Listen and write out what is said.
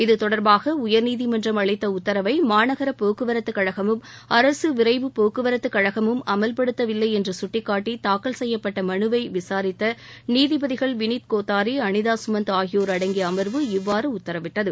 இதுதொடர்பாக உயர்நீதிமன்றம் அளித்த உத்தரவை மாநகர போக்குவரத்துக் கழகமும் அரசு விரைவு போக்குவரத்துக் கழகமும் அமல்படுத்தவில்லை என்று குட்டிக்காட்டி தூக்கல் செய்யப்பட்ட மனுவை விசாரித்த நீதிபதிகள் விளித் கோத்தாரி அளிதா சுமந்த் ஆகியோர் அடங்கிய அமர்வு இவ்வாறு உத்தரவிட்டது